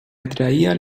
atraía